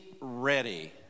ready